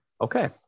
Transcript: Okay